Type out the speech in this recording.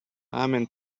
amen